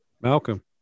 Malcolm